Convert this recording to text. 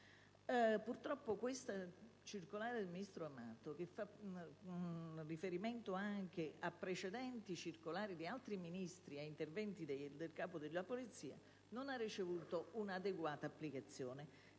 Purtroppo la circolare del ministro Amato, che fa riferimento anche a precedenti circolari di altri Ministri e a interventi del Capo della Polizia, non ha ricevuto un'adeguata applicazione,